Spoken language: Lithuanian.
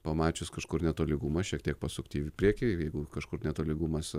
pamačius kažkur netolygumą šiek tiek pasukti į priekį jeigu kažkur netolygumas